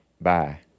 Bye